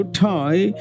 tie